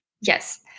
Yes